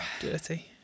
Dirty